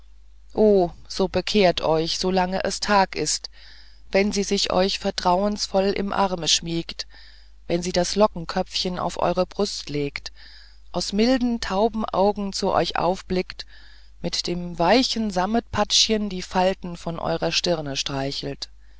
so bekehret euch solange es tag ist wenn sie sich euch vertrauungsvoll im arme schmiegt wenn sie das lockenköpfchen an eure brust legt aus milden taubenaugen zu euch aufblickt mit dem weichen sammetpatschchen die falten von der stirne streichelt